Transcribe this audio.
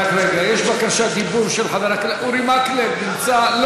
רק רגע, יש בקשת דיבור, אורי מקלב נמצא?